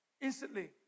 instantly